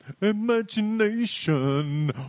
Imagination